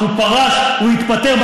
תמכו והתפטרו,